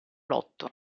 lotto